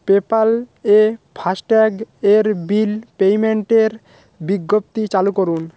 PayPal এ fast tag এর bill পেমেন্টের বিজ্ঞপ্তি চালু করুন